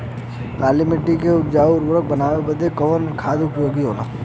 काली माटी के ज्यादा उर्वरक बनावे के बदे कवन खाद उपयोगी होला?